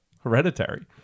Hereditary